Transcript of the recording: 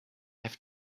have